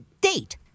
date